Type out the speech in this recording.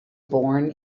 born